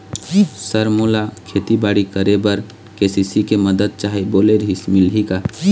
Sir मोला खेतीबाड़ी करेबर के.सी.सी के मंदत चाही बोले रीहिस मिलही का?